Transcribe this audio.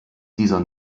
dieser